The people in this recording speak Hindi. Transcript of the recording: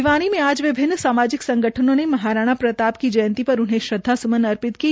भिवानी में आज विभिन्न सामाजिक संगठनों ने महाराणा प्रताप की जयंती पर उन्हे श्रद्वास्मन अर्पित किए